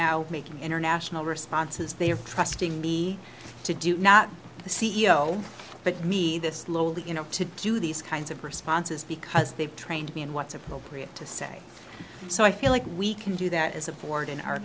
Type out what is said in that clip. now making international responses they are trusting me to do not the c e o but me that slowly you know to do these kinds of responses because they've trained me in what's appropriate to say so i feel like we can do that as a ford in our